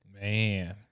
Man